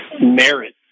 merit